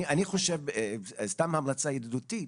סתם המלצה ידידותית,